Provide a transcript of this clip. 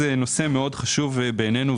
זהו נושא מאוד חשוב בעינינו,